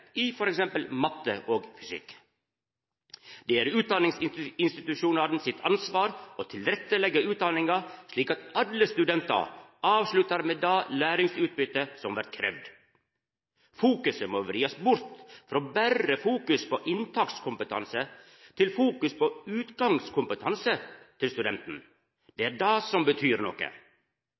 i for eksempel matte og fysikk. Det er utdanningsinstitusjonane sitt ansvar å leggja utdanninga til rette slik at alle studentane avsluttar med det læringsutbyttet som vert kravd. Fokuseringa må vridast frå berre å fokusera på inntakskompetansen til å fokusera på utgangskompetansen til studenten. Det er det som betyr noko.